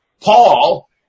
Paul